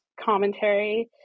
commentary